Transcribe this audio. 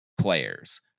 players